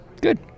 good